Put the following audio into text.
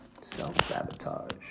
self-sabotage